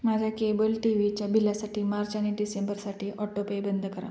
माझ्या केबल टीव्हीच्या बिलासाठी मार्च आणि डिसेंबरसाठी ऑटोपे बंद करा